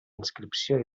inscripció